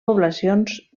poblacions